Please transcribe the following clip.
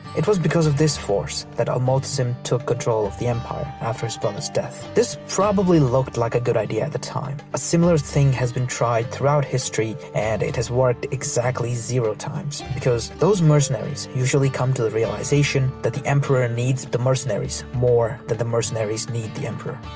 it was because of this force that al-mu'tasim took control of the empire after his brother's death. this probably looked like a good idea at the time. a similar things has been tried throughout history and it has worked exactly zero times because those mercenaries usually come to the realization that the emperor needs the mercenaries more than the mercenaries need the emperor!